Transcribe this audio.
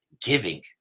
giving